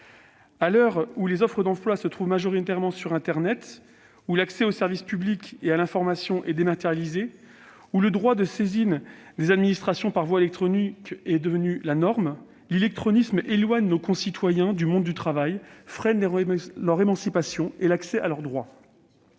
À l'heure où les offres d'emploi se trouvent majoritairement sur internet, où l'accès aux services publics et à l'information est dématérialisé, où le droit de saisine des administrations par voie électronique est devenu la norme, l'illectronisme éloigne nos concitoyens du monde du travail, freine leur émancipation et l'accès à leurs droits.